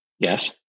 Yes